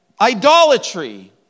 idolatry